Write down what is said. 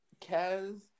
Kez